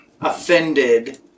offended